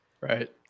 right